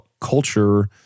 culture